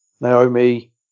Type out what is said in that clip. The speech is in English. Naomi